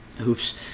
Oops